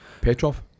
Petrov